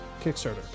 Kickstarter